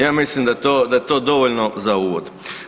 Ja mislim da je to dovoljno za uvod.